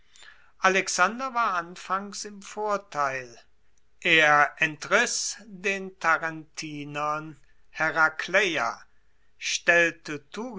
alexander war anfangs im vorteil er entriss den tarentinern herakleia stellte